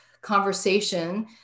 conversation